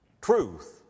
Truth